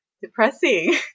depressing